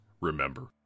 remember